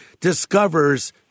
discovers